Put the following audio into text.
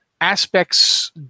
aspects